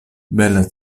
bela